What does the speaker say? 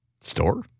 Store